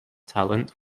talent